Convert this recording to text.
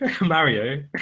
Mario